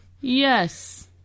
Yes